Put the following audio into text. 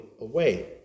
away